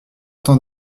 temps